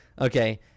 okay